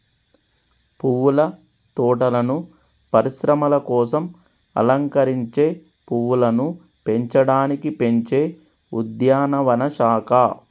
పువ్వుల తోటలను పరిశ్రమల కోసం అలంకరించే పువ్వులను పెంచడానికి పెంచే ఉద్యానవన శాఖ